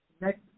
Next